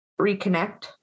reconnect